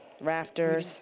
Rafters